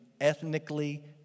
ethnically